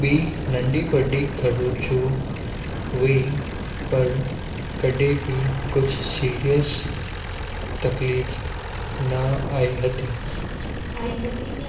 ॿी नंढी वॾी खरोंचूं हुई पर कॾहिं बि कुझु सीरिअस तकलीफ़ न आई हती आई हती न